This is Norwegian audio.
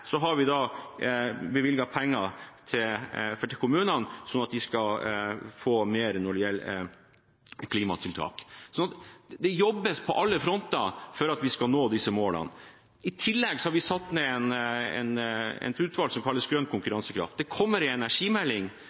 mer når det gjelder klimatiltak. Så det jobbes på alle fronter for at vi skal nå disse målene. I tillegg har vi satt ned et utvalg for grønn konkurransekraft. Det kommer en energimelding,